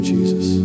Jesus